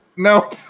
No